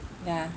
ya